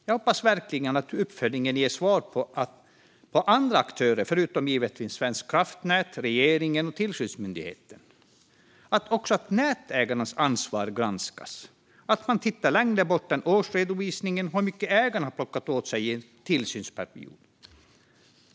Jag hoppas verkligen att uppföljningen ger svar också om andra aktörer förutom givetvis Svenska kraftnät, regeringen och tillsynsmyndigheten. Jag hoppas att också nätägarnas ansvar granskas, att man tittar längre bort än årsredovisningen och ser hur mycket ägarna kan plocka åt sig i en tillsynsperiod.